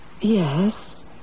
Yes